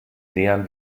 nähern